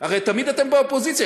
הרי תמיד אתם באופוזיציה.